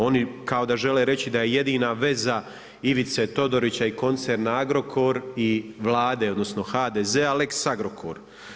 Oni kao da žele reći da je jedina veza Ivice Todorića i koncerna Agrokor i Vlade odnosno, HDZ-a lex Agrokor.